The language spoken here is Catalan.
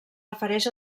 refereix